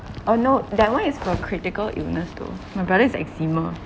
oh no that one is for critical illness though my brother is eczema